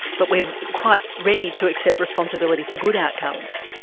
but we're quite ready to accept responsibility for good outcomes.